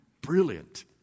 brilliant